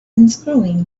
unscrewing